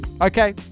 Okay